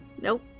Nope